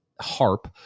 HARP